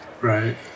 Right